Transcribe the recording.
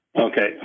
Okay